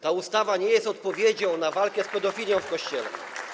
Ta ustawa nie jest odpowiedzią na walkę z pedofilią w Kościele.